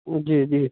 جی جی